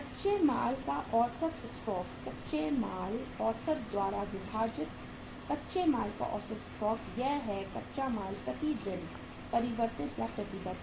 कच्चे माल का औसत स्टॉक कच्चा माल औसत द्वारा विभाजित कच्चे माल का औसत स्टॉक यह हुआ कच्चा माल प्रति दिन परिवर्तित या प्रतिबद्ध